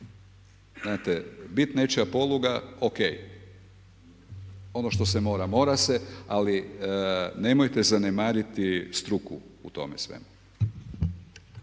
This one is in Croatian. znači bit nečija poluga ok, ono što se mora mora se, ali nemojte zanemariti struku u tome svemu.